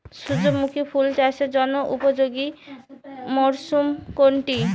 সূর্যমুখী ফুল চাষের জন্য উপযোগী মরসুম কোনটি?